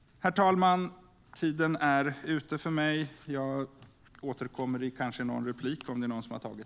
Herr talman! Min talartid är slut, men jag återkommer kanske i någon replik.